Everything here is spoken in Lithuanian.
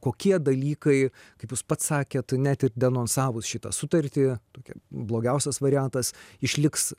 kokie dalykai kaip jūs pats sakėt net ir denonsavus šitą sutartį tokia blogiausias variantas išliks